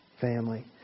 family